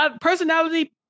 Personality